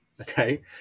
okay